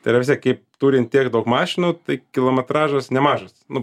tai yra vis tiek kaip turint tiek daug mašinų tai kilometražas nemažas nu